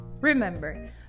Remember